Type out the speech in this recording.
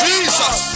Jesus